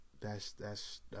That's—that's—